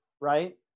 right